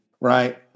right